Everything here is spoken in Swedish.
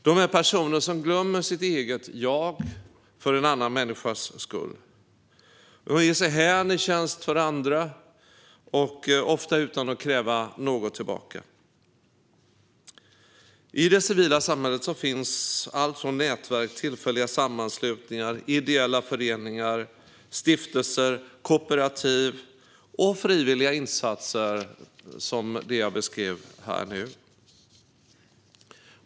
Det är personer som glömmer sitt eget jag för en annan människas skull och ger sig hän i tjänst för andra, ofta utan att kräva något tillbaka. I det civila samhället finns allt från nätverk, tillfälliga sammanslutningar och ideella föreningar till stiftelser, kooperativ och frivilliga insatser likt dem jag nyss beskrev.